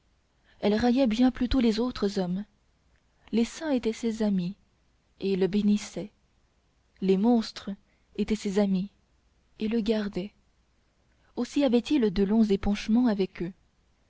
elles raillaient bien plutôt les autres hommes les saints étaient ses amis et le bénissaient les monstres étaient ses amis et le gardaient aussi avait-il de longs épanchements avec eux